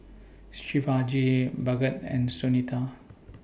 Shivaji Bhagat and Sunita